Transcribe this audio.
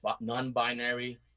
non-binary